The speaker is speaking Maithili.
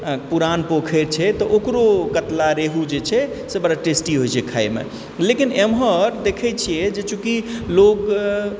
पुरान पोखरि छै तऽ ओकरो कतला रेहू जे छै से बड़ा टेस्टी होइत छै खायमे लेकिन एमहर देखैत छियै जे चूँकि लोक